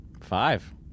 five